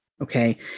Okay